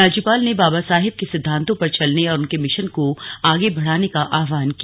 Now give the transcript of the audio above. राज्यपाल ने बाबा साहेब के सिद्वातों पर चलने और उनके मिशन को आगे बढ़ाने का आहवान किया